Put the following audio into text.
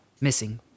missing